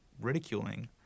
ridiculing